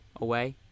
away